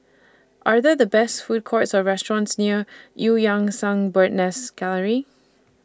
Are There Food Courts Or restaurants near EU Yan Sang Bird's Nest Gallery